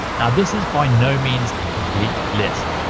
now this is by no means a complete list.